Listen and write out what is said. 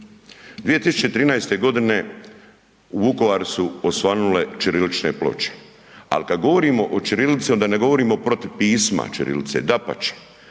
2013. godine u Vukovaru su osvanule ćirilične ploče, al kad govorimo o ćirilici onda ne govorimo protiv pisma ćirilice, dapače,